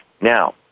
Now